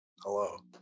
Hello